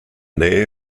nähe